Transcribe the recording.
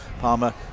Palmer